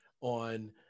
on